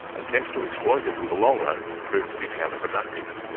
attempts to exploit it in the long run proved to be counter-productive.